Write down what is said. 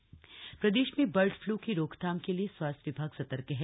bird flu प्रदेश में bird flu की रोकथाम के लिए स्वास्थ्य विभाग सतर्क है